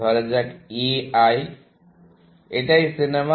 ধরা যাক A I এটাই সিনেমা